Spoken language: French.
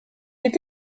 est